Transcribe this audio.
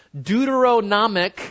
Deuteronomic